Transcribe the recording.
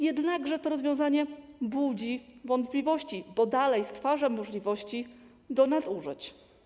Jednakże to rozwiązanie budzi wątpliwości, bo dalej stwarza możliwości nadużyć.